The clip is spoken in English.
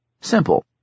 Simple